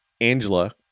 Angela